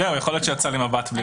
יכול להיות שיצא לי מבט בלי לשים לב.